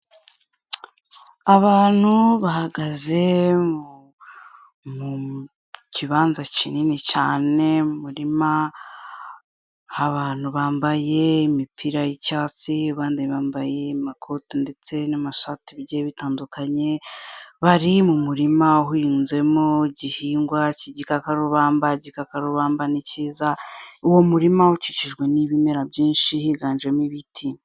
Abantu bahagaze mu kibanza kinini cyane mu murima. Abantu bambaye imipira y'icyatsi abandi bambaye amakoti ndetse n'amashati bigiye bitandukanye. Bari mu murima uhinzemo igihingwa cy'igikakarubamba. Igikakarubamba ni kiza. Uwo murima ukikijwe n'ibimera byinshi higanjemo ibiti.